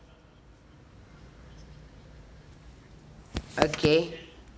okay